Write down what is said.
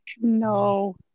No